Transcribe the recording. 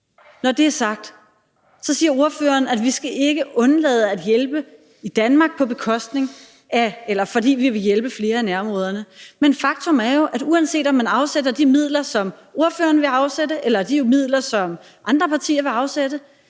Når det er sagt, siger ordføreren, at vi ikke skal undlade at hjælpe i Danmark, fordi vi vil hjælpe flere i nærområderne. Men faktum er jo, at uanset om man afsætter de midler, som ordføreren vil afsætte, eller de midler, som andre partier vil afsætte,